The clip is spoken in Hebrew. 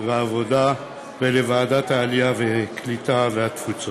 וועדת העלייה, הקליטה והתפוצות.